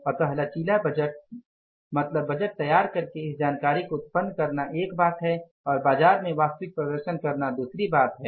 अतः लचीला बजट मतलब बजट तैयार करके इस जानकारी को उत्पन्न करना एक बात है और बाजार में वास्तविक प्रदर्शन करना दूसरी बात है